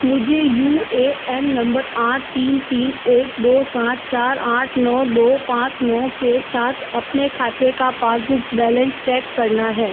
मुझे U A N number आठ तीन तीन एक दो सात चार आठ नौ दो पाँच नौ के साथ अपने खाते का पासबुक बैलेंस चेक करना है